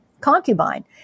concubine